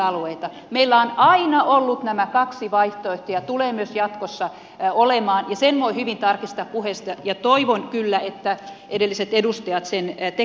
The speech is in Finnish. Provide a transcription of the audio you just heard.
meillä on aina ollut nämä kaksi vaihtoehtoa ja tulee myös jatkossa olemaan ja sen voi hyvin tarkistaa puheista ja toivon kyllä että edelliset edustajat sen tekevät